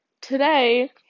today